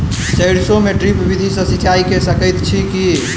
सैरसो मे ड्रिप विधि सँ सिंचाई कऽ सकैत छी की?